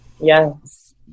Yes